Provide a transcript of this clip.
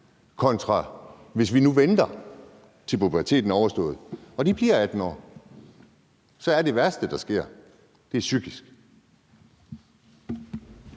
kontra hvis vi nu venter, til puberteten er overstået, og de bliver 18 år. Så er det værste, der sker, psykisk.